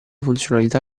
funzionalità